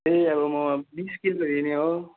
ए अब म बिस किलो लिने हो